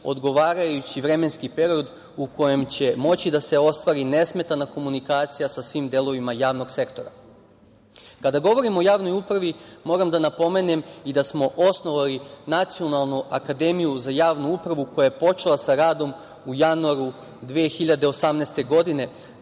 odgovarajući vremenski period u kojem će moći da se ostvari nesmetana komunikacija sa svim delovima javnog sektora. Kada govorimo o javnoj upravi, moram da napomenem i da smo osnovali Nacionalnu akademiju za javnu upravu, koja je počela sa radom u januaru 2018. godine